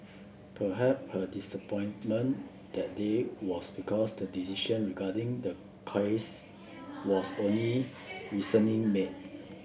her disappointment that day was because the decision regarding the case was only recently made